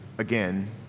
Again